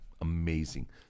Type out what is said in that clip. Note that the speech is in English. amazing